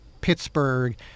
Pittsburgh